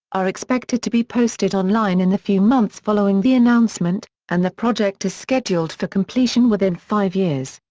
are expected to be posted online in the few months following the announcement, and the project is scheduled for completion within five years.